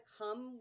come